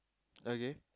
okay